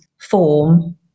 form